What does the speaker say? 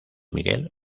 miguel